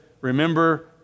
remember